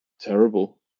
terrible